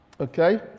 Okay